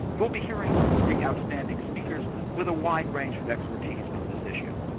you'll be hearing from three outstanding speakers with a wide range of expertise on this issue.